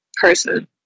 person